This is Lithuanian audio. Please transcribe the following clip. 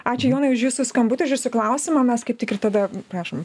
ačiū jonai už jūsų skambutį už jūsų klausimą mes kaip tik ir tada prašom